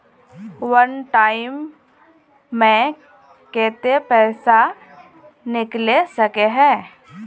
वन time मैं केते पैसा निकले सके है?